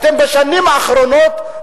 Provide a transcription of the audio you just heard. בשנים האחרונות,